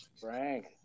Frank